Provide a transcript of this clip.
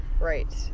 Right